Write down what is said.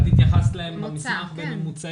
את התייחסת אליהם בממוצעים,